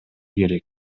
керек